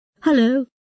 Hello